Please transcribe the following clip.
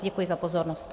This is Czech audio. Děkuji za pozornost.